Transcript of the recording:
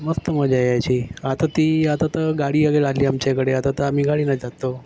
मस्त मजा यायची आता ती आता तर गाडी यायला लागली आमच्याकडे आता तर आम्ही गाडीनेच जातो